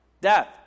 Death